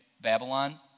Babylon